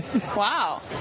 Wow